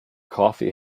coffee